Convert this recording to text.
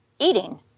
Eating